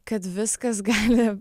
kad viskas gali